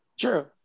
true